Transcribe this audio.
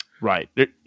right